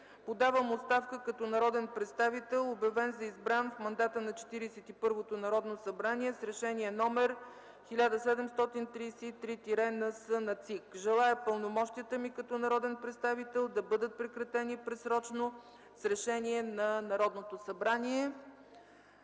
подавам оставка като народен представител, обявен за избран в мандата на 41-то Народно събрание с Решение № 1733-НС на ЦИК. Желая пълномощията ми като народен представител да бъдат прекратени предсрочно с решение на Народното събрание.”